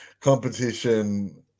Competition